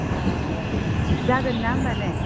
अ अ जागोन ना होनबा ने